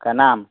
का नाम